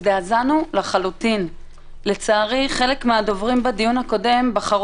מי הכתיב להם את